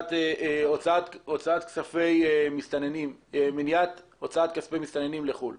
לסוגיית מניעת הוצאת כספי מסתננים לחוץ לארץ.